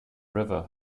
river